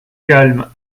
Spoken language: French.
calme